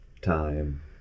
time